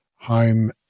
home